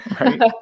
Right